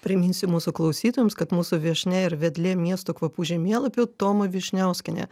priminsiu mūsų klausytojams kad mūsų viešnia ir vedlė miesto kvapų žemėlapių toma vyšniauskienė